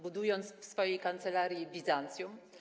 Budując w swojej kancelarii Bizancjum?